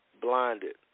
blinded